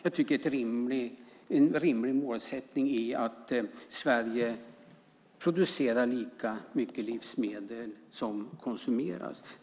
Jag tycker att en rimlig målsättning är att Sverige ska producera lika mycket livsmedel som konsumeras.